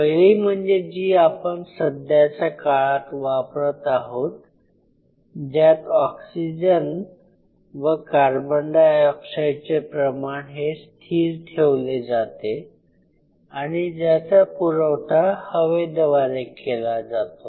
पहिली म्हणजे जी आपण सध्याच्या काळात वापरत आहोत ज्यात ऑक्सिजन व कार्बन डायऑक्साईडचे प्रमाण हे स्थिर ठेवले जाते आणि ज्याचा पुरवठा हवेद्वारे केला जातो